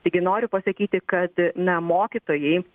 taigi noriu pasakyti kad na mokytojai